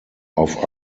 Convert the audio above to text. auf